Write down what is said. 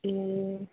ए